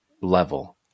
level